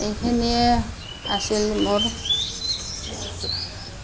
এইখিনিয়ে আছিল মোৰ